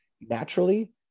naturally